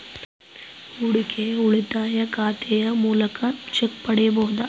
ಹೂಡಿಕೆಯ ಉಳಿತಾಯ ಖಾತೆಯ ಮೂಲಕ ಚೆಕ್ ಪಡೆಯಬಹುದಾ?